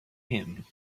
him